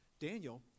Daniel